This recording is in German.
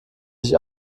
sich